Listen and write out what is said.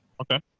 okay